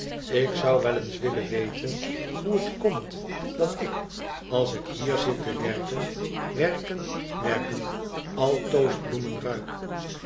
ik zou wel eens willen weten hoe het komt dat ik als ik hier zit te werken werken werken